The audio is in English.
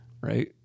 right